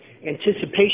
anticipation